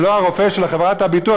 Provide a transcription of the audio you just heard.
ולא הרופא של חברת הביטוח,